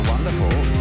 wonderful